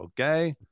okay